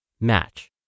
Match